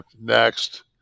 next